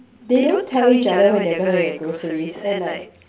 they don't tell each other when they're gonna get groceries and like